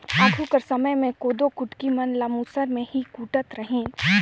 आघु कर समे मे कोदो कुटकी मन ल मूसर मे ही कूटत रहिन